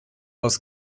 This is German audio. aus